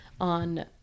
on